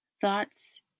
thoughts